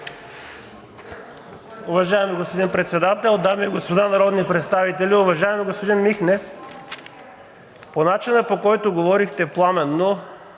Уважаеми господин Председател, дами и господа народни представители! Уважаеми господин Михнев, по начина, по който говорихте – пламенно,